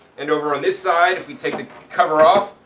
and over on this side, if we take the cover off,